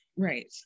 Right